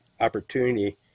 opportunity